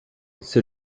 c’est